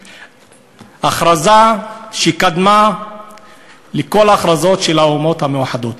הכרזה שקדמה לכל ההכרזות של האומות המאוחדות,